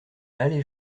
allée